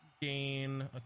Gain